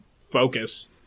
focus